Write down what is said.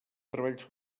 treballs